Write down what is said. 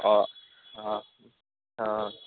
اور ہاں ہاں ہاں